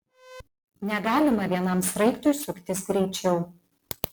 negalima vienam sraigtui suktis greičiau